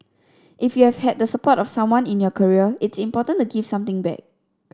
if you've had the support of someone in your career it's important to give something back